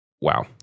Wow